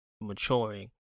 Maturing